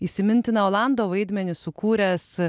įsimintiną olando vaidmenį sukūręs